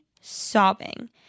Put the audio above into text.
sobbing